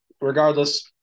regardless